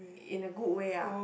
in a good way ah